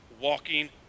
walking